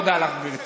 תודה לך, גברתי.